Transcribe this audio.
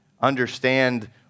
understand